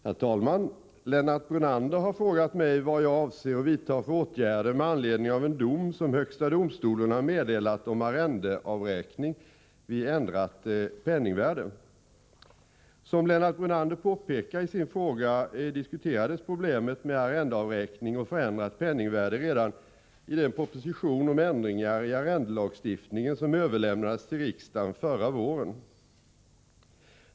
Herr talman! Lennart Brunander har frågat mig vad jag avser att vidta för åtgärder med anledning av en dom som högsta domstolen har meddelat om arrendeavräkning vid ändrat penningvärde. Som Lennart Brunander påpekar i sin fråga diskuterades problemet med arrendeavräkning och förändrat penningvärde redan i den proposition om ändringar i arrendelagstiftningen som överlämnades till riksdagen förra våren.